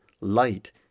Light